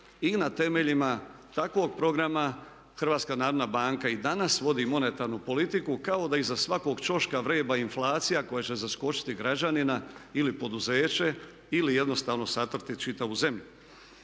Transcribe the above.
i na temeljima takvog programa HNB i danas vodi monetarnu politiku kao da iza svakog ćoška vreba inflacija koja će zaskočiti građanina ili poduzeće ili jednostavno satrati čitavu zemlju.